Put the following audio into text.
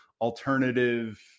alternative